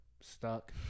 stuck